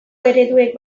ereduek